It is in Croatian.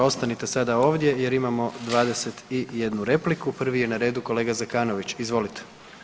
Ostanite sada ovdje jer imamo 21 repliku, prvi je na redu kolega Zekanović, izvolite.